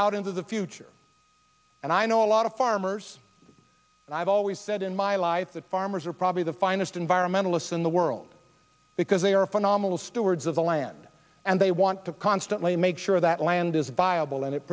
out into the future and i know a lot of farmers and i've always said in my life that farmers are probably the finest environmentalists in the world because they are phenomenal stewards of the land and they want to constantly make sure that land is viable